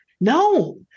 No